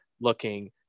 looking